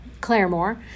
Claremore